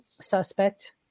suspect